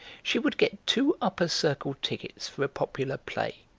she would get two upper circle tickets for a popular play,